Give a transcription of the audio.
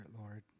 Lord